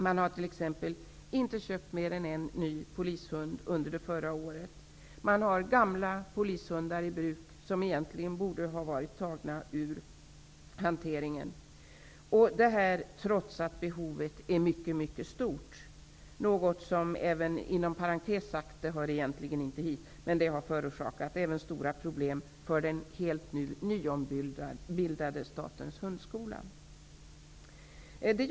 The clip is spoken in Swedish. Förra året köpte man t.ex. bara en ny polishund. Man har gamla polishundar i bruk, vilka egentligen borde ha tagits bort från hanteringen -- trots att behovet är synnerligen stort. Egentligen hör det inte hit, men jag vill säga att detta har förorsakat stora problem även för Statens hundskola, som nu är helt nyombildad.